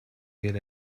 get